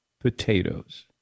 potatoes